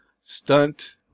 stunt